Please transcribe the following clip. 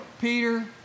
Peter